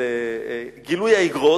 של גילוי האיגרות,